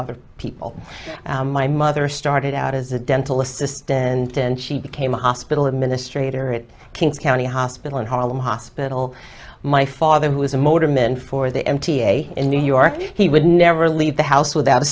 other people my mother started out as a dental assistant and then she became a hospital administrator at kings county hospital in harlem hospital my father who is a motor men for the m t a in new york he would never leave the house without a